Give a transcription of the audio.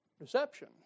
Deception